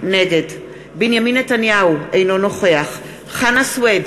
נגד בנימין נתניהו, אינו נוכח חנא סוייד,